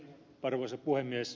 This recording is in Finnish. arvoisa puhemies